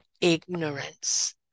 ignorance